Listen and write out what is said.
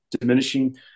diminishing